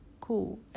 cool